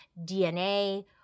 DNA